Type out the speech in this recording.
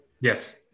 yes